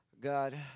God